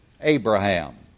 Abraham